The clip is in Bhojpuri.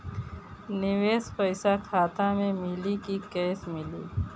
निवेश पइसा खाता में मिली कि कैश मिली?